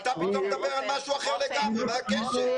ואתה פתאום מדבר על משהו אחר לגמרי מה הקשר?